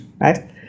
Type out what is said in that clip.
right